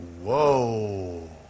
whoa